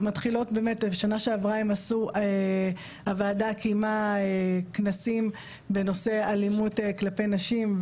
שנה שעברה הוועדה קיימה כנסים בנושא אלימות כלפי נשים.